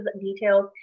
details